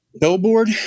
billboard